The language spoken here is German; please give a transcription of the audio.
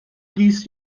ließ